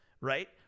right